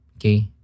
okay